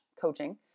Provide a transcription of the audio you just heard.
coaching